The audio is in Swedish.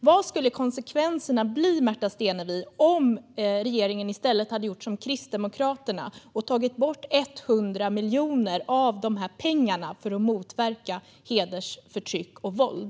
Vad skulle konsekvenserna bli, Märta Stenevi, om regeringen i stället hade gjort som Kristdemokraterna och tagit bort 100 miljoner av de pengarna för att motverka hedersförtryck och våld?